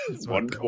One